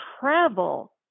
travel